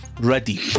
Ready